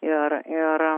ir ir